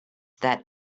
that